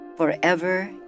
forever